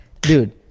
Dude